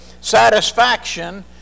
Satisfaction